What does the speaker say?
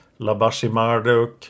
Labashimarduk